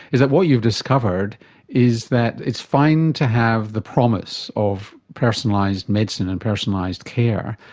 is that what you discovered is that it's fine to have the promise of personalised medicine and personalised care,